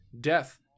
death